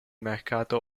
mercato